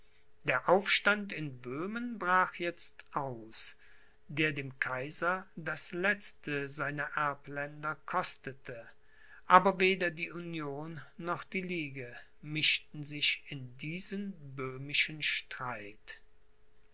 der aufstand in böhmen brach jetzt aus der dem kaiser das letzte seiner erbländer kostete aber weder die union noch die ligue mischten sich in diesen böhmischen streit